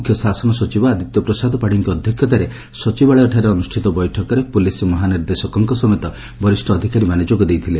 ମୁଖ୍ୟ ଶାସନ ସଚିବ ଆଦିତ୍ୟ ପ୍ରସାଦ ପାତ୍ୀଙ୍କ ଅଧ୍ଧକ୍ଷତାରେ ସଚିବାଳୟଠାରେ ଅନୁଷ୍ଷିତ ବୈଠକରେ ପୁଲିସ୍ ମହାନିର୍ଦ୍ଦେଶକଙ୍କ ସମେତ ବରିଷ୍ ଅଧିକାରୀମାନେ ଯୋଗ ଦେଇଥିଲେ